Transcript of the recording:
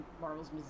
marvel's